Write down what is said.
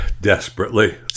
desperately